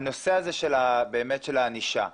הנושא הזה באמת של הענישה,